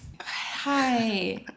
Hi